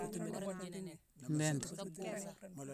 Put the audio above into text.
Mbétin?